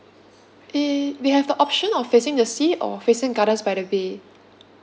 eh we have the option of facing the sea or facing gardens by the bay